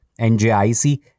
NJIC